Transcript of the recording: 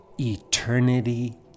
eternity